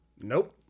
Nope